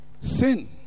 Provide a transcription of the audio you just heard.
Sin